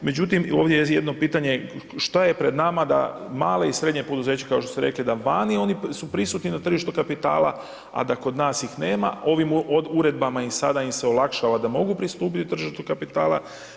Međutim ovdje je jedno pitanje šta je pred nama da male i srednja poduzeća kao što smo rekli da su vani oni prisutni na tržištu kapitala, a da kod nas ih nema, ovim uredbama sada im se olakšava da mogu pristupiti na tržištu kapitala.